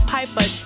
Piper